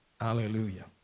Hallelujah